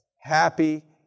happy